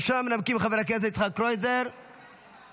ראשון המנמקים, חבר הכנסת יצחק קרויזר, בבקשה,